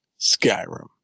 Skyrim